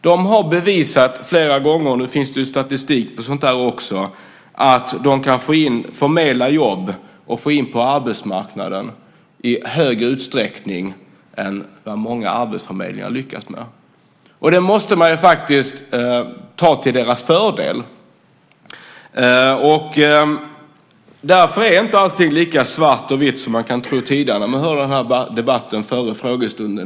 De har flera gånger bevisat - det finns statistik på det - att de kan förmedla jobb och få folk in på arbetsmarknaden i större utsträckning än vad många arbetsförmedlingar lyckats med. Det måste faktiskt tala till deras fördel. Därför är det inte så svart och vitt som man kunde tro tidigare när man hörde debatten före frågestunden.